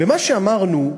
ומה שאמרנו,